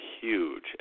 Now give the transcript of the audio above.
huge